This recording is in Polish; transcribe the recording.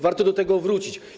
Warto do tego wrócić.